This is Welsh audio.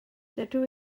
dydw